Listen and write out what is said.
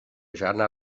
žádná